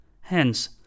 Hence